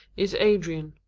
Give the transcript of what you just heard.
is adrian.